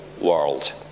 world